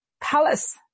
palace